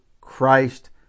Christ